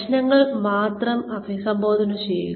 പ്രശ്നങ്ങൾ മാത്രം അഭിസംബോധന ചെയ്യുക